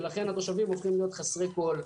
ולכן התושבים הופכים להיות חסרי כל.